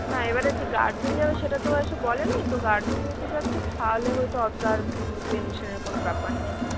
না এবারে যে গার্জেন যাবে সেটা তো ও এসে বলে নি তো গার্জেন যেহেতু যাচ্ছে তাহলে হয়তো অতোটা আর টেনশনের কোনো ব্যাপার নেই